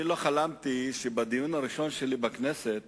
אני לא חלמתי שבדיון הראשון שלי בכנסת